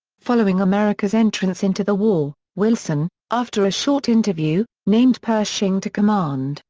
following america's entrance into the war, wilson, after a short interview, named pershing to command,